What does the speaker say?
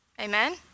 Amen